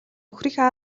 нөхрийнхөө